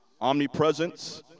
omnipresence